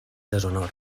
deshonor